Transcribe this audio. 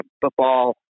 football